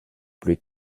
plus